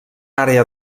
àrea